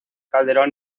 calderón